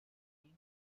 keen